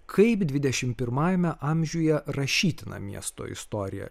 kaip dvidešimt pirmajame amžiuje rašytina miesto istorija